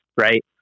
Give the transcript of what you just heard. Right